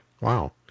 Wow